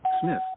Smith